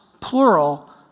plural